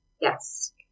Yes